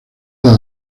vida